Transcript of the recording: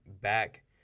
back